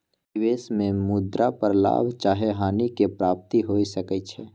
निवेश में मुद्रा पर लाभ चाहे हानि के प्राप्ति हो सकइ छै